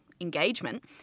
engagement